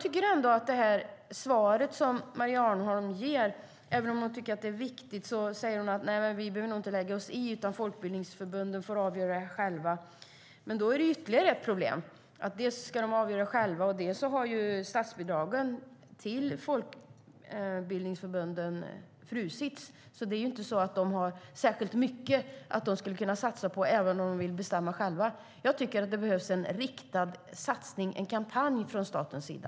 I sitt svar säger Maria Arnholm att hon tycker att detta är viktigt men att vi nog inte behöver lägga oss i och att folkbildningsförbunden får avgöra själva. Jag tycker att det blir ett problem. Dels ska de avgöra själva, dels har statsbidragen till folkbildningsförbunden frusits. Även om förbunden vill bestämma själva kan de inte satsa särskilt mycket. Jag tycker att det behövs en riktad satsning eller kampanj från statens sida.